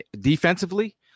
defensively